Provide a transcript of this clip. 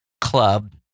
club